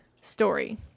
story